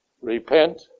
Repent